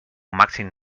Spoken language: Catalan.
màxim